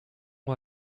nom